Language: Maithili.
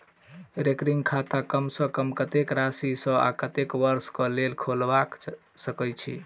रैकरिंग खाता कम सँ कम कत्तेक राशि सऽ आ कत्तेक वर्ष कऽ लेल खोलबा सकय छी